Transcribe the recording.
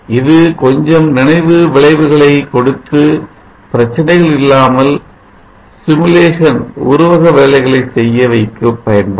இது கொஞ்சம் நினைவு விளைவுகளை கொடுத்து பிரச்சனைகள் இல்லாமல் சிமுலேஷன் simulation வேலைகளை செய்ய வைக்க பயன்படும்